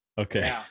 Okay